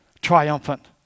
triumphant